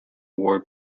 war